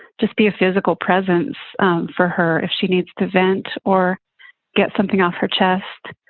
just be a physical presence for her if she needs to vent or get something off her chest